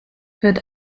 wird